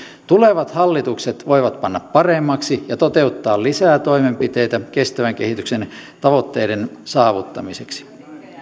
tulevat hallitukset voivat panna paremmaksi ja toteuttaa lisää toimenpiteitä kestävän kehityksen tavoitteiden saavuttamiseksi